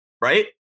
right